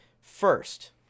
First